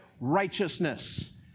righteousness